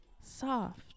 Soft